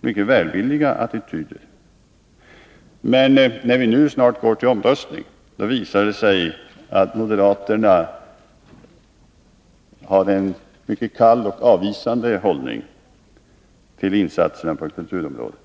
mycket välvilliga attityder. Men när vi nu snart går till omröstning, visar det sig att moderaterna intar en kall och avvisande hållning till insatser på kulturområdet.